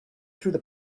through